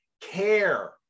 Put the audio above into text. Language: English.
care